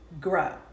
grow